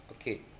okay